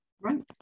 right